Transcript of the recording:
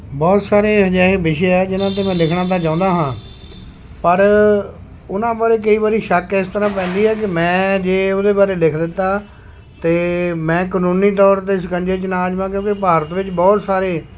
ਬਹੁਤ ਸਾਰੇ ਅਜਿਹੇ ਵਿਸ਼ੇ ਹੈ ਜਿਹਨਾਂ ਉੱਤੇ ਮੈਂ ਲਿਖਣਾ ਤਾਂ ਚਾਹੁੰਦਾ ਹਾਂ ਪਰ ਉਹਨਾਂ ਪਰ ਕਈ ਵਾਰੀ ਸ਼ੱਕ ਇਸ ਤਰ੍ਹਾਂ ਪੈਂਦੀ ਹੈ ਕਿ ਮੈਂ ਜੇ ਉਹਦੇ ਬਾਰੇ ਲਿਖ ਦਿੱਤਾ ਤਾਂ ਮੈਂ ਕਾਨੂੰਨੀ ਤੌਰ 'ਤੇ ਸ਼ਿਕੰਜੇ 'ਚ ਨਾ ਆ ਜਾਵਾਂ ਕਿਉਂਕਿ ਭਾਰਤ ਵਿੱਚ ਬਹੁਤ ਸਾਰੇ